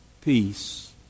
peace